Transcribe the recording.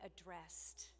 addressed